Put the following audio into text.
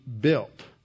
built